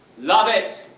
love it!